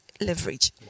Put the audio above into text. leverage